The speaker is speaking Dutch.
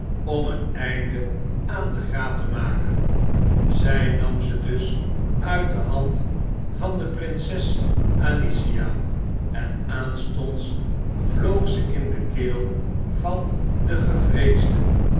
om een einde aan de graat te maken zij nam ze dus uit de hand van de prinses alicia en aanstonds vloog ze in de keel van den gevreesden